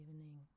evening